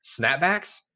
Snapbacks